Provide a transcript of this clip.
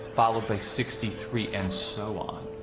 followed by sixty three, and so on.